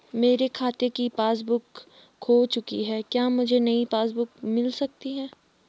मेरे खाते की पासबुक बुक खो चुकी है क्या मुझे नयी पासबुक बुक मिल सकती है?